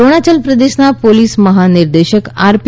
અરૂણાયલ પ્રદેશના પોલીસ મહાનિદેશક આર પી